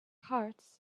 hearts